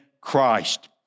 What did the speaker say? Christ